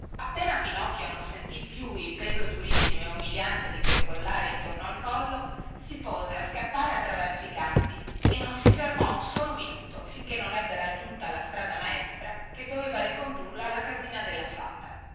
appena pinocchio non sentì più il peso durissimo e umiliante di quel collare intorno al collo si pose a scappare attraverso i campi e non si fermò un solo minuto finché non ebbe raggiunta la strada maestra che doveva ricondurlo alla casina della fata